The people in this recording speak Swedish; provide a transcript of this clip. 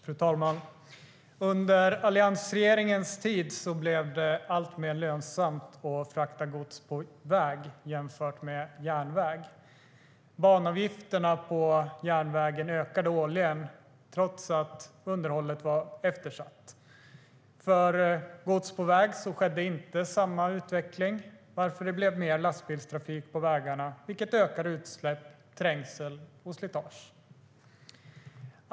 Fru talman! Under alliansregeringens tid blev det alltmer lönsamt att frakta gods på väg jämfört med på järnväg. Banavgifterna på järnvägen ökade årligen trots att underhållet var eftersatt. För gods på väg skedde inte samma utveckling. Därför det blev mer lastbilstrafik på vägarna, vilket ökade utsläpp, trängsel och slitage.